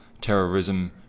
terrorism